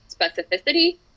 specificity